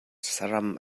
saram